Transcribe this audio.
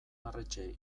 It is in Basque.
arretxe